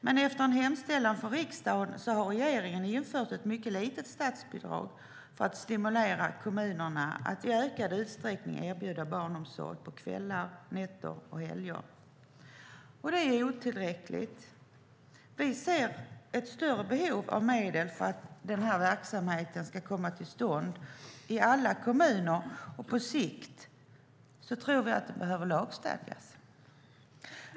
Men efter hemställan från riksdagen har regeringen infört ett mycket litet statsbidrag för att stimulera kommunerna att i ökad utsträckning erbjuda barnomsorg på kvällar, nätter och helger. Det är otillräckligt. Vi ser ett behov av större medel för att denna verksamhet ska komma till stånd i alla kommuner, och på sikt tror vi att denna rätt behöver lagstadgas.